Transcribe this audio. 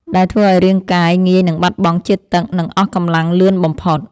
ដែលធ្វើឱ្យរាងកាយងាយនឹងបាត់បង់ជាតិទឹក និងអស់កម្លាំងលឿនបំផុត។